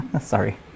Sorry